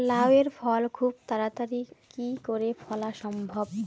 লাউ এর ফল খুব তাড়াতাড়ি কি করে ফলা সম্ভব?